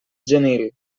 genil